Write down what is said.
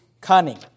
cunning